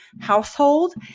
household